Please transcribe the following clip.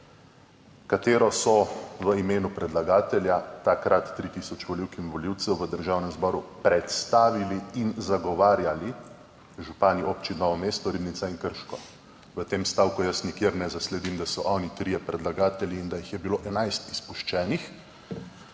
Novelo so v imenu predlagatelja, takrat tri tisoč volivk in volivcev, v Državnem zboru predstavili in zagovarjali župani občin Novo mesto, Ribnica in Krško. V tem stavku jaz nikjer ne zasledim, da so oni trije predlagatelji in da jih je bilo 11 izpuščenih.